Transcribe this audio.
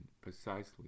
precisely